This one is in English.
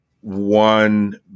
one